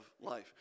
life